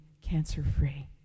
cancer-free